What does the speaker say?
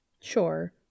Sure